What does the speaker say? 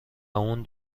اون